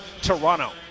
Toronto